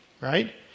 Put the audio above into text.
right